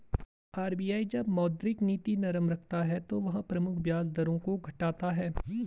RBI जब मौद्रिक नीति नरम रखता है तो वह प्रमुख ब्याज दरों को घटाता है